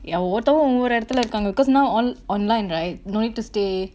yeah ஒருத்தவ ஒவ்வரு எடத்துல இருக்காங்க:oruthav ovvaru edathula irukkaanga cause now on~ online right no need to stay